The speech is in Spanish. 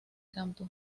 campo